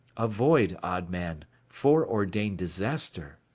avoid, odd man, foreordained disaster.